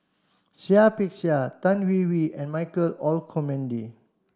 Seah Peck Seah Tan Hwee Hwee and Michael Olcomendy